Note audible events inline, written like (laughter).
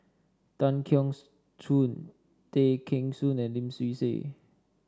Tan Keong (unintelligible) Choon Tay Kheng Soon and Lim Swee Say